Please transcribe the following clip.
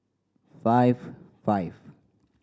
five five